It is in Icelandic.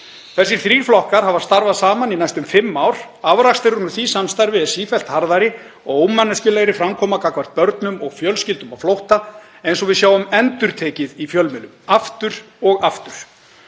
Þessir þrír flokkar hafa starfað saman í næstum fimm ár. Afraksturinn úr því samstarfi er sífellt harðari og ómanneskjulegri framkoma gagnvart börnum og fjölskyldum á flótta, eins og við sjáum endurtekið í fjölmiðlum, aftur og aftur.